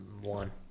one